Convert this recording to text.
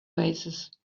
oasis